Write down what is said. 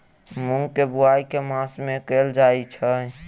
मूँग केँ बोवाई केँ मास मे कैल जाएँ छैय?